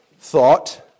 thought